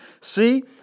See